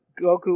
Goku